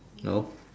no